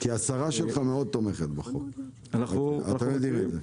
כי השרה שלך מאוד תומכת בחוק, אנחנו יודעים את זה.